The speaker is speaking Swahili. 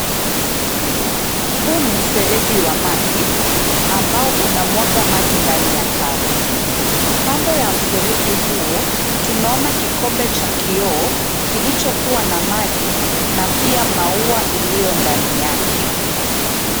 Huu ni mfereji wa maji, ambao unamwaga maji ndani ya karo. Kando ya mfereji huo, tunaona kikombe cha kioo kilichokuwa na maji na pia maua iliyo ndani yake.